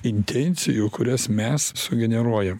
intencijų kurias mes sugeneruojam